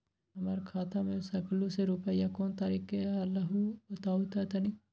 हमर खाता में सकलू से रूपया कोन तारीक के अलऊह बताहु त तनिक?